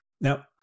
Now